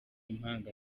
impanga